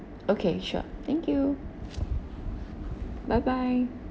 okay sure thank you bye bye